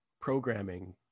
programming